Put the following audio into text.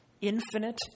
infinite